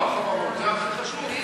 החברות לא באו, זה הכי חשוב,